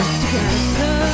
together